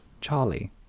Charlie